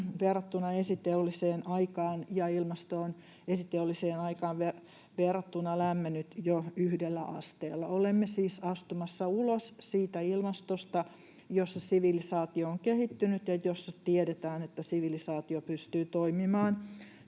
verrattuna esiteolliseen aikaan, ja ilmasto on esiteolliseen aikaan verrattuna lämmennyt jo yhdellä asteella. Olemme siis astumassa ulos siitä ilmastosta, jossa sivilisaatio on kehittynyt ja jossa tiedetään, että sivilisaatio pystyy toimimaan.